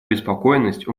обеспокоенность